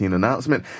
announcement